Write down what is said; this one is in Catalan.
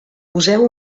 poseu